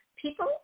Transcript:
People